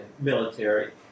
military